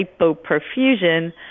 hypoperfusion